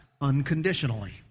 unconditionally